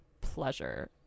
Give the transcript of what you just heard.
pleasure